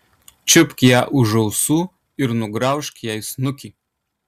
čiupk ją už ausų ir nugraužk jai snukį